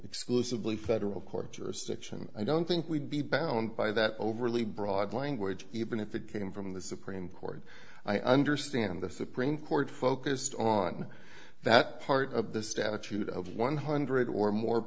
exclusively federal court jurisdiction i don't think we'd be bound by that overly broad language even if it came from the supreme court i understand the supreme court focused on that part of the statute of one hundred or more